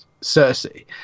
Cersei